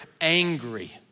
angry